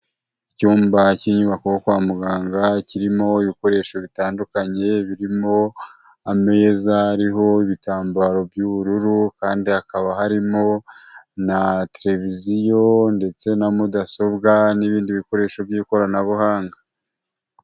Icyumba cy'inyubako yo kwa muganga kirimo ibikoresho bitandukanye, birimo ameza, ariho ibitambaro by'ubururu kandi hakaba harimo na televiziyo ndetse na mudasobwa n'ibindi bikoresho by'ikoranabuhanga.